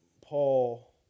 Paul